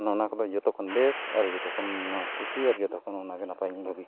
ᱚᱱ ᱚᱱᱟ ᱠᱚᱫᱚ ᱡᱚᱛᱚ ᱠᱷᱚᱱ ᱵᱮᱥ ᱟᱨ ᱡᱚᱛᱚ ᱠᱷᱚᱱ ᱱᱚᱣᱟ ᱠᱩᱥᱤ ᱟᱨ ᱡᱚᱛᱚᱠᱷᱚᱱ ᱚᱱᱟᱜᱮ ᱱᱟᱯᱟᱭᱤᱧ ᱵᱷᱟᱵᱤᱭᱠᱟᱜᱼᱟ